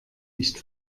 nicht